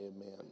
Amen